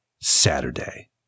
Saturday